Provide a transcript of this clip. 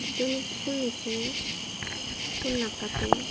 কিন্তু আমি ফুল নিছিঙো ফুল নাকাটো